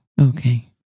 Okay